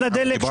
של הדלק,